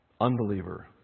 unbeliever